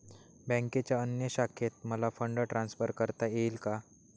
बँकेच्या अन्य शाखेत मला फंड ट्रान्सफर करता येईल का?